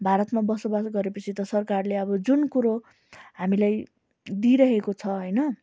भारतमा बसोबास गरेपछि त सरकारले अब जुन कुरो हामीलाई दिइरहेको छ होइन